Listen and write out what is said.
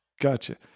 Gotcha